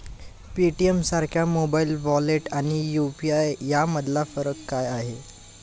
पेटीएमसारख्या mobile wallet आणि UPI यामधला फरक काय आहे?